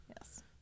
Yes